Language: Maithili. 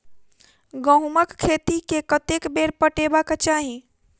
गहुंमक खेत केँ कतेक बेर पटेबाक चाहि?